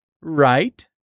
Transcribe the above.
Right